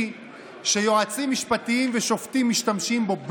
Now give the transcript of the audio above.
שיועצים משפטיים ושופטים משתמשים בו.